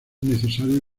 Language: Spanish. necesario